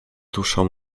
duszą